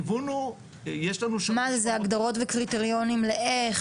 מה זה הגדרות וקריטריונים לאיך?